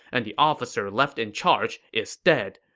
and the officer left in charge is dead.